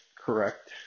correct